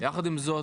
יחד עם זאת,